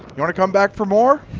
you want to come back for more?